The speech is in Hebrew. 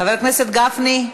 חבר הכנסת גפני.